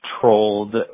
trolled